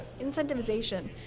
incentivization